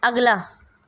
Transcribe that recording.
اگلا